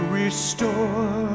restore